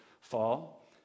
fall